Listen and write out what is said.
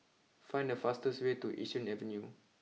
find the fastest way to Yishun Avenue